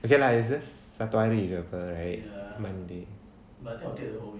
okay lah it's just satu hari jer apa right monday